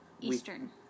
Eastern